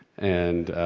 and,